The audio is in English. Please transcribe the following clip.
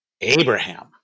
Abraham